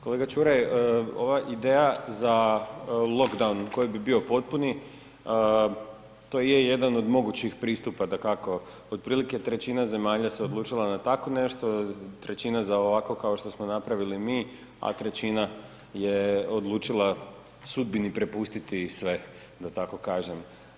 Kolega Čuraj, ovaj ideja za … koji bi bio potpuni to je jedan od mogućih pristupa dakako, otprilike trećina zemalja se odlučila na tako nešto, trećina za ovako kao što smo napravili mi, a trećina je odlučila sudbini prepustiti sve da tako kažem.